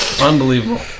Unbelievable